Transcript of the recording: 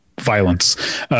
violence